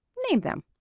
name them.